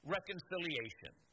Reconciliation